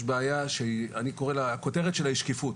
יש בעיה שאני קורא לה, הכותרת שלה היא שקיפות.